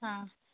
ಹಾಂ